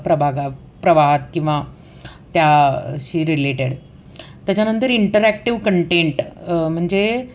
प्रभाग प्रभात किंवा त्याशी रिलेटेड त्याच्यानंतर इंटरॅक्टिव्ह कंटेंट म्हणजे